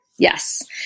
Yes